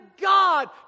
God